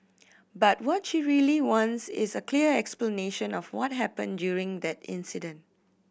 but what she really wants is a clear explanation of what happened during that incident